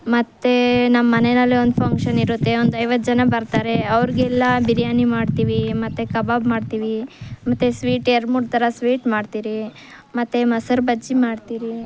ಮತ್ತು ನಮ್ಮನೆಯಲ್ಲಿ ಒಂದು ಫಂಕ್ಷನಿರುತ್ತೆ ಒಂದೈವತ್ತು ಜನ ಬರ್ತಾರೆ ಅವ್ರಿಗೆಲ್ಲ ಬಿರಿಯಾನಿ ಮಾಡ್ತೀವಿ ಮತ್ತು ಕಬಾಬ್ ಮಾಡ್ತೀವಿ ಮತ್ತು ಸ್ವೀಟ್ ಎರ್ಡು ಮೂರು ಥರ ಸ್ವೀಟ್ ಮಾಡ್ತೀರಿ ಮತ್ತು ಮೊಸರು ಬಜ್ಜಿ ಮಾಡ್ತೀರಿ